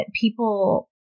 people